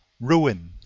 Ruin